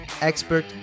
expert